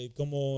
como